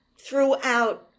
throughout